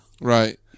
Right